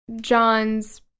John's